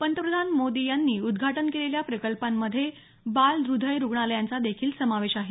पंतप्रधान मोदी यांनी उद्घाटन केलेल्या प्रकल्पांमधे बाल हृदय रुग्णालयांचा देखील समावेश आहे